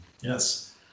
Yes